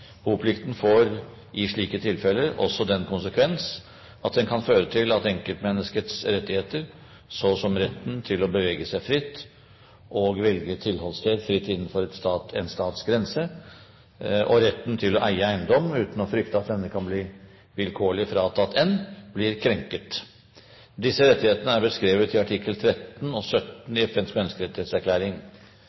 boplikten kan få den konsekvens at den kan føre til at enkeltmenneskets rettigheter, så som retten til å bevege seg fritt og velge tilholdssted», etc., blir krenket. Det kan være i strid med rettighetene i artiklene 13 og 17 i FNs menneskerettighetserklæring.